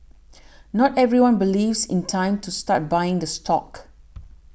not everyone believes in time to start buying the stock